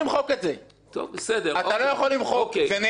זה נאמר.